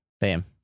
Bam